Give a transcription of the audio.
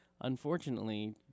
unfortunately